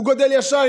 הוא גדל ישר.